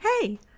hey